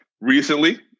recently